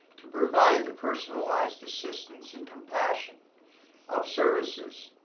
to provide the personalize assistance and compassion of services,